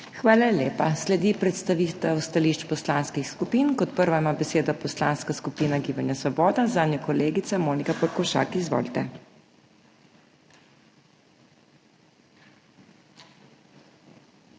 Hvala lepa. Sledi predstavitev stališč poslanskih skupin. Kot prva ima besedo Poslanska skupina Gibanja Svoboda, zanjo kolegica Monika Pekošak. Izvolite.